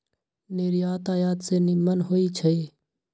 निर्यात आयात से निम्मन होइ छइ